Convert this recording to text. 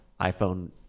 iPhone